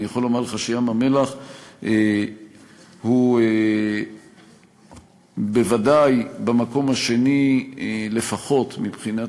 אני יכול לומר לך שים-המלח הוא בוודאי במקום השני לפחות מבחינת